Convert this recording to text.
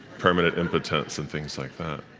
permanent impotence, and things like that.